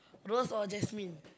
rose or jasmine